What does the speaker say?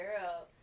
girl